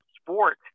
sport